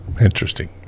Interesting